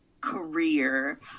career